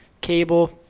Cable